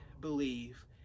believe